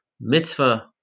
mitzvah